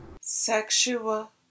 Sexual